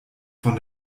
von